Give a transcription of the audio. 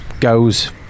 goes